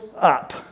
up